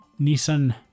Nissan